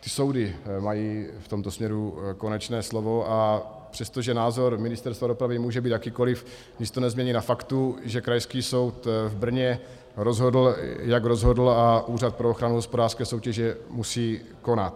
ty soudy mají v tomto směru konečné slovo, a přestože názor Ministerstva dopravy může být jakýkoliv, nic to nezmění na faktu, že Krajský soud v Brně rozhodl, jak rozhodl, a Úřad pro ochranu hospodářské soutěže musí konat.